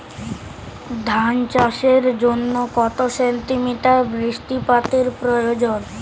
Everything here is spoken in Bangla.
ধান চাষের জন্য কত সেন্টিমিটার বৃষ্টিপাতের প্রয়োজন?